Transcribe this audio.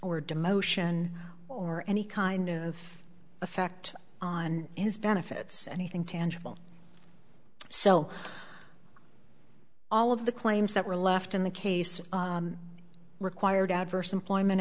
demotion or any kind of effect on his benefits anything tangible so all of the claims that were left in the case required adverse employment